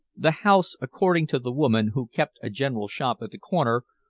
the house, according to the woman who kept a general shop at the corner,